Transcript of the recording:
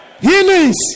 healings